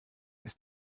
ist